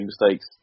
mistakes